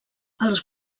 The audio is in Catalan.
els